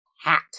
hat